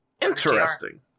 Interesting